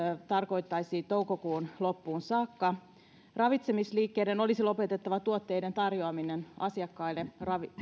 tarkoittaisi toukokuun loppuun saakka ravitsemisliikkeiden olisi lopetettava tuotteiden tarjoaminen asiakkaille